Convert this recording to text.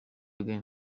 again